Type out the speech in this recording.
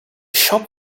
shop